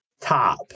Top